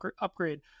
upgrade